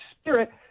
spirit